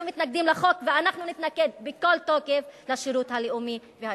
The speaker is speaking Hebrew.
אנחנו מתנגדים לחוק ואנחנו נתנגד בכל תוקף לשירות הלאומי והאזרחי.